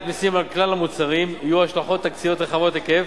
מסים על כלל המוצרים יהיו השלכות תקציביות רחבות היקף,